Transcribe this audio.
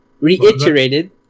Reiterated